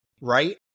right